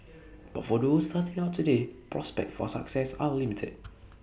but for those starting out today prospects for success are limited